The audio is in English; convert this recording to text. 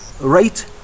right